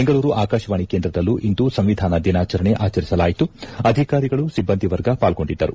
ಬೆಂಗಳೂರು ಆಕಾಶವಾಣಿ ಕೇಂದ್ರದಲ್ಲೂ ಇಂದು ಸಂವಿಧಾನ ದಿನಾಚರಣೆ ಆಚರಿಸಲಾಯಿತು ಅಧಿಕಾರಿಗಳು ಸಿಬ್ಬಂದಿ ವರ್ಗ ಪಾಲ್ಗೊಂಡಿದ್ದರು